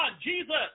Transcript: Jesus